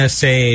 say